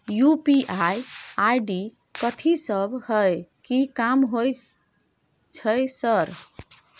UPI ID कथि सब हय कि काम होय छय सर?